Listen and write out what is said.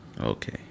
okay